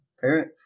Parent